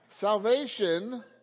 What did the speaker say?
Salvation